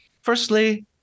Firstly